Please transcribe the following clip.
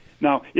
Now